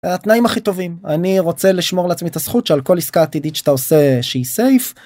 התנאים הכי טובים אני רוצה לשמור לעצמי את הזכות של כל עסקה עתידית שאתה עושה שהיא סייף.